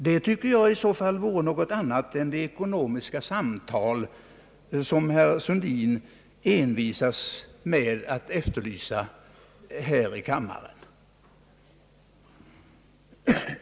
Det tycker jag i så fall vore någonting annat än de ekonomiska samtal, som herr Sundin envisas med att efterlysa här i kammaren.